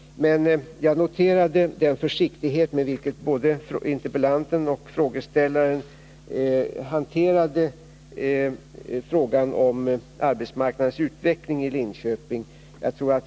Men jag noterade den försiktighet med vilken både interpellanten och frågeställaren hanterade frågan om arbetsmarknadens utveckling i Linköping.